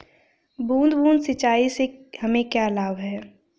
बूंद बूंद सिंचाई से हमें क्या लाभ है?